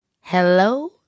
Hello